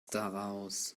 daraus